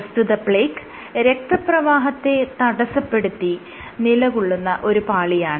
പ്രസ്തുത പ്ലേക്ക് രക്തപ്രവാഹത്തെ തടസ്സപ്പെടുത്തി നിലകൊള്ളുന്ന ഒരു പാളിയാണ്